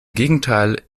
gegenteil